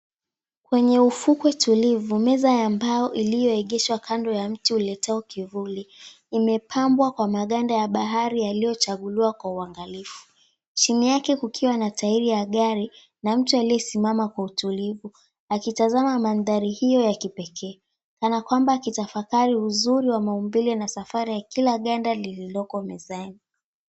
Kwenye ufukwe tulivu, meza ya mbao iliyoegeshwa kando ya mti uletao kivuli imepambwa kwa maganda ya bahari yaliyochaguliwa kwa uangalifu. Chini yake kukiwa na tairi ya gari na mtu aliyesimama kwa utulivu akitazama mandhari hiyo ya kipekee, kana kwamba akitafakari uzuri wa maumbile safara ya kila ganda lililoko mezani.